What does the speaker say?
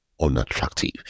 unattractive